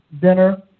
dinner